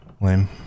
Lame